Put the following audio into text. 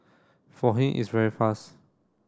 for him it's very fast